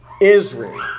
Israel